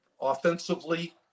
offensively